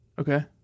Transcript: Okay